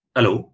Hello